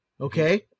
Okay